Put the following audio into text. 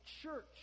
church